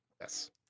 Yes